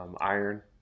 Iron